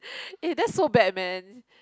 that's so bad man